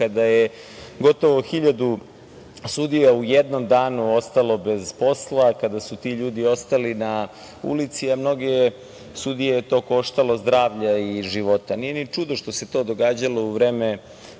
kada je gotovo 1.000 sudija u jednom danu ostalo bez posla, kada su ti ljudi ostali na ulici, a mnoge sudije je to koštalo zdravlja i života. Nije ni čudo što se to događalo u vreme